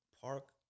park